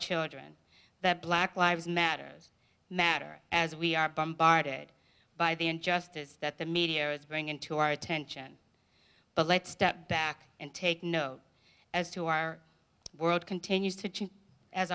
children that black lives matters matter as we are bombarded by the injustice that the media is bring into our attention but let's step back and take no as to our world continue